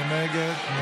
מי נגד?